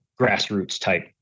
grassroots-type